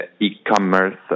e-commerce